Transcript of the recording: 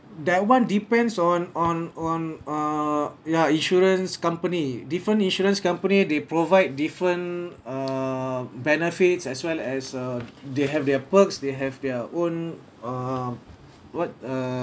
that one depends on on on err ya insurance company different insurance company they provide different err benefits as well as uh they have their perks they have their own uh what uh